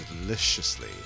deliciously